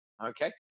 okay